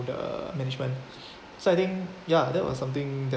the management so I think ya that was something that